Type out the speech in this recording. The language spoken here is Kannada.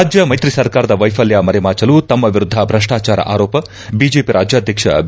ರಾಜ್ಯ ಮೈತ್ರಿ ಸರ್ಕಾರದ ವೈಫಲ್ಯ ಮರೆಮಾಚಲು ತಮ್ಮ ವಿರುದ್ಧ ಭ್ರಷ್ಟಚಾರ ಆರೋಪ ಬಿಜೆಪಿ ರಾಜ್ಯಾಧ್ಯಕ್ಷ ಬಿ